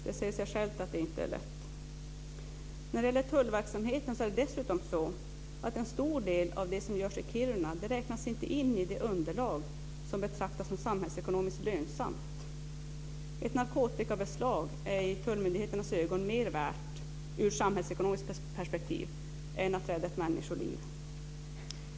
Det säger sig självt att det inte är lätt. När det gäller tullverksamheten är det dessutom så att en stor del av det som görs i Kiruna inte räknas in i det underlag som betraktas som samhällsekonomiskt lönsamt. Ett narkotikabeslag är i tullmyndigheternas ögon mer värt ur samhällsekonomiskt perspektiv än att rädda ett människoliv.